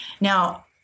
now